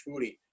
foodie